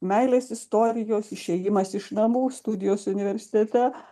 meilės istorijos išėjimas iš namų studijos universitete